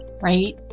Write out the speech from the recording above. right